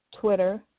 Twitter